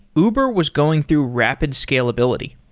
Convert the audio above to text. uber was going through rapid scalability.